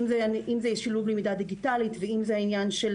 אם זה שילוב למידה דיגיטלית ואם זה העניין של